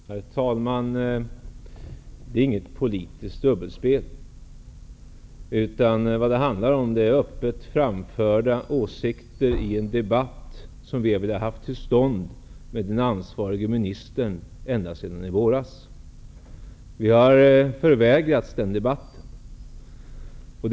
Herr talman! Det handlar inte om något politiskt dubbelspel, utan öppet framförda åsikter i en debatt som vi har velat få till stånd med den ansvarige ministern ända sedan i våras. Vi har förvägrats den debatten.